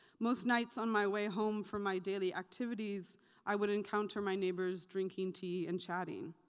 most nights on my way home from my daily activities i would encounter my neighbors drinking tea and chatting.